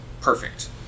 perfect